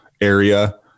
area